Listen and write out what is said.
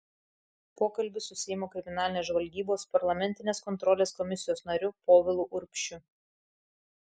pokalbis su seimo kriminalinės žvalgybos parlamentinės kontrolės komisijos nariu povilu urbšiu